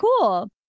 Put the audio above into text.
cool